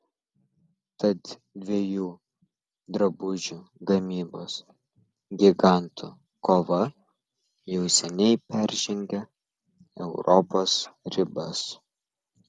tad dviejų drabužių gamybos gigantų kova jau seniai peržengė europos ribas